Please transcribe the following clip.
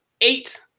eight